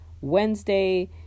Wednesday